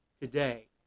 today